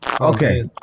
Okay